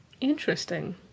Interesting